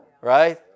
Right